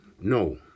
No